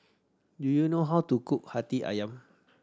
do you know how to cook Hati Ayam